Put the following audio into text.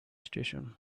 station